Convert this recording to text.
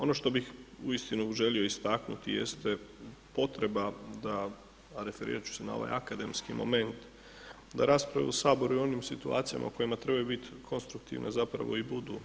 Ono što bih uistinu želio istaknuti jeste potreba da, a referirati ću se na ovaj akademski moment da raspravu u Saboru i u onim situacijama u kojima trebaju biti konstruktivne zapravo i budu.